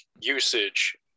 usage